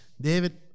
David